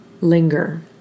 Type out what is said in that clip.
Linger